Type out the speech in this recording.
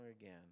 again